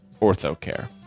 orthocare